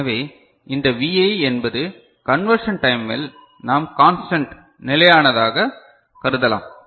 எனவே இந்த Vi என்பது கன்வெர்ஷன் டைமில் நாம் கான்ஸ்டன்ட் நிலையானதாகக் கருதலாம்